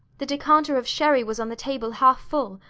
the decanter of sherry was on the table half full,